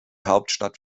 hauptstadt